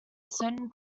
certain